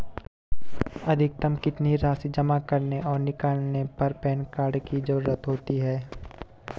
अधिकतम कितनी राशि जमा करने और निकालने पर पैन कार्ड की ज़रूरत होती है?